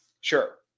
Sure